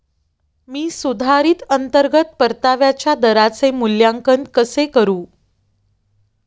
मी सुधारित अंतर्गत परताव्याच्या दराचे मूल्यांकन कसे करू?